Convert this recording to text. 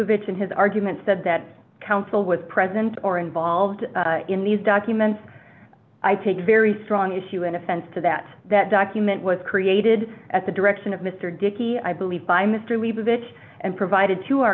ich in his argument said that counsel was present or involved in these documents i take very strong issue and offense to that that document was created at the direction of mr dickey i believe by mr revenge and provided to our